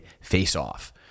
face-off